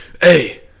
Hey